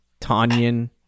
Tanyan